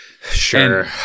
sure